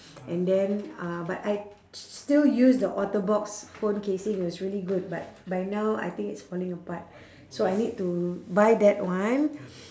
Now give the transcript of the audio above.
and then uh but I still use the otterbox phone casing it was really good but by now I think it's falling apart so I need to buy that one